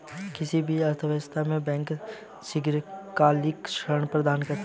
किसी भी अर्थव्यवस्था में बैंक दीर्घकालिक ऋण प्रदान करते हैं